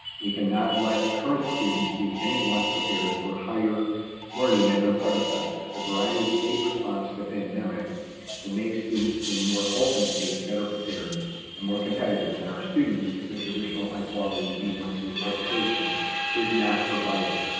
we can not let current students be any less prepared for higher learning than their predecessors. the variety of state response to the pandemic will make students in more open states better prepared and more competitive than our students if the traditional high quality d one three education is not provided.